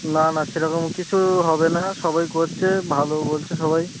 না না সেরকম কিছু হবে না সবাই করছে ভালো বলছে সবাই